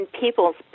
people's